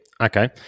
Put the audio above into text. okay